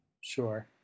Sure